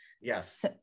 Yes